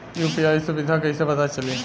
UPI सुबिधा कइसे पता चली?